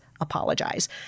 apologize